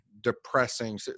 depressing –